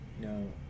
No